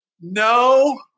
No